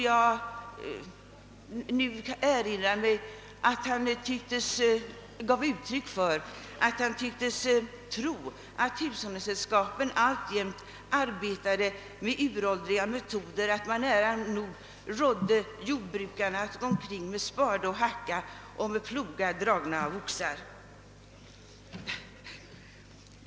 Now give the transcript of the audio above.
Jag erinrar mig att han då gav uttryck för den uppfattningen att hushållningssällskapen alltjämt tillämpade uråldriga metoder och nära nog rådde jordbrukarna att arbeta med spade och hacka och med plogar dragna av oxar.